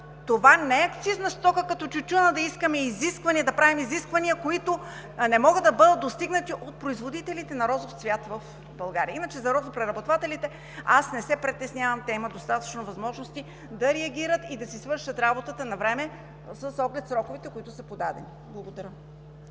Това не е акцизна стока като тютюна, за да правим изисквания, които не могат да бъдат достигнати от производителите на розов цвят в България. Иначе за розопреработвателите аз не се притеснявам, те имат достатъчно възможности да реагират и да си свършат работата навреме, с оглед сроковете, които са подадени. Благодаря.